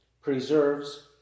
preserves